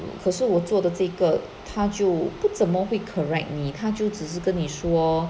可是我做的这个他就不怎么会 correct 你他就只是跟你说